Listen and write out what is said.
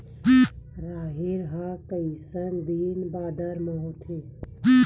राहेर ह कइसन दिन बादर म होथे?